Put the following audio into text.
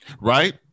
Right